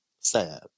Sad